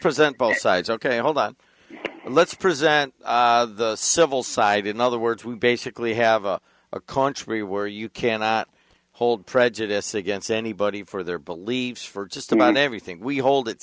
present both sides ok hold on let's present the civil side in other words we basically have a controversy where you cannot hold prejudice against anybody for their beliefs for just a moment everything we hold it